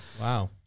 Wow